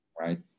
right